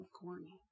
corny